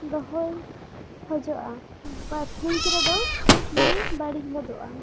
ᱫᱚᱦᱚᱭ ᱠᱷᱚᱡᱚᱜᱼᱟ ᱯᱷᱤᱨᱤᱡᱽ ᱨᱮᱫᱚ ᱵᱟᱝ ᱵᱟ ᱲᱤᱡ ᱜᱚᱫᱚᱜᱼᱟ